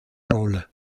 rolle